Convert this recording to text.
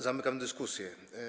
Zamykam dyskusję.